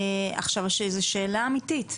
זו שאלה אמיתית,